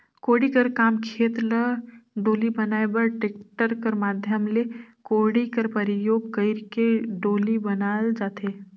कोड़ी कर काम खेत ल डोली बनाए बर टेक्टर कर माध्यम ले कोड़ी कर परियोग कइर के डोली बनाल जाथे